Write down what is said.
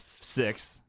sixth